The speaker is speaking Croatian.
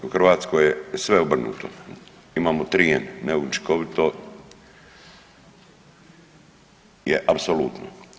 U Hrvatskoj je sve obrnuto, imamo 3n, neučinkovito je apsolutno.